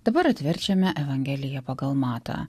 dabar atverčiame evangeliją pagal matą